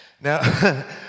Now